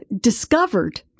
discovered